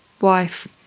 wife